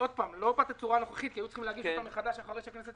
נכון שהיו צריכים להגיש אותה מחדש אחרי שהכנסת התפזרה.